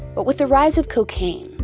but with the rise of cocaine,